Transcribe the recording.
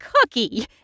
cookie